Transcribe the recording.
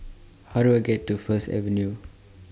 How Do I get to First Avenue